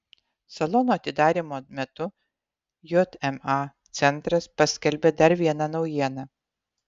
salono atidarymo metu jma centras paskelbė dar vieną naujieną